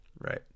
Right